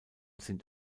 sind